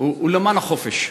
ולמען החופש.